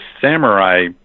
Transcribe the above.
samurai